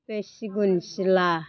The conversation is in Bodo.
बे सिगुन सिला